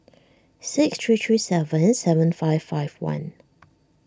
six three three seven seven five five one